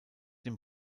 dem